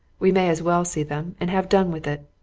we may as well see them, and have done with it.